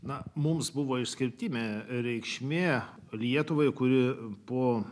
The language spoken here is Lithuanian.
na mums buvo išskirtinė reikšmė lietuvai kuri po